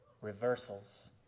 reversals